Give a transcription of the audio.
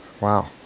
wow